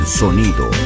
sonido